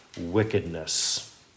wickedness